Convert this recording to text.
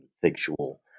sexual